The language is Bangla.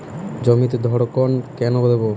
জমিতে ধড়কন কেন দেবো?